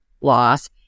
loss